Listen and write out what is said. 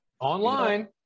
online